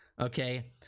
okay